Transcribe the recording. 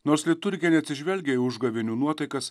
nors liturgija neatsižvelgia į užgavėnių nuotaikas